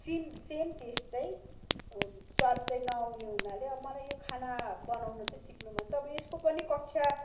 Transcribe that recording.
SIM same taste चाहिँ स्वाद चाहिँ नआउने हुनाले अब मलाई यो खाना बनाउनु चाहिँ सिक्नु मन छ अब यसको पनि कक्षा